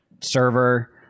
server